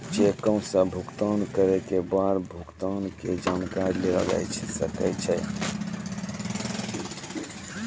चेको से भुगतान करै के बाद भुगतान के जानकारी लेलो जाय सकै छै